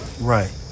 Right